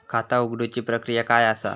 खाता उघडुची प्रक्रिया काय असा?